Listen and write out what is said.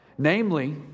Namely